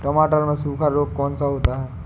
टमाटर में सूखा रोग कौन सा होता है?